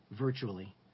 virtually